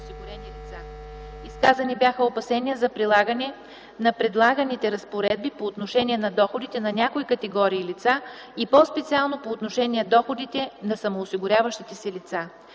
Изказани бяха опасения за прилагане на предлаганите разпоредби по отношение на доходите на някои категории лица и по-специално по отношение доходите на самоосигуряващите се лица.